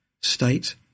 state